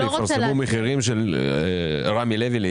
אתה מציע שבשופרסל יפרסמו גם את המחירים של רמי לוי.